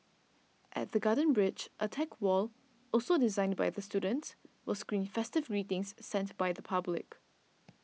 at the Garden Bridge a tech wall also designed by the students will screen festive greetings sent by the public